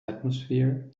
atmosphere